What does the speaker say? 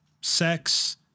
sex